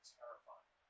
terrifying